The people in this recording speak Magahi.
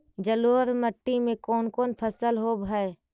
जलोढ़ मट्टी में कोन कोन फसल होब है?